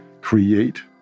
create